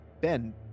Ben